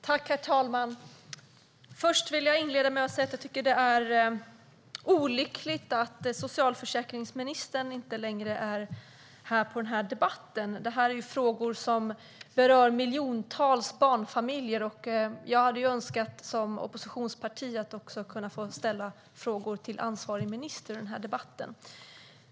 Herr talman! Jag vill inleda med att säga att jag tycker att det är olyckligt att socialförsäkringsministern inte längre är kvar här i debatten. Det här är ju frågor som berör miljontals barnfamiljer. Jag som tillhörande ett oppositionsparti hade önskat få ställa frågor till ansvarig minister i den här debatten.